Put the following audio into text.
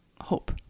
hope